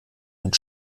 mit